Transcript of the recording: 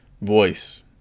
voice